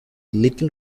little